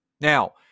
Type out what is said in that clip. Now